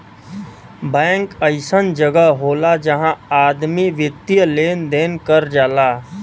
bank अइसन जगह होला जहां आदमी वित्तीय लेन देन कर जाला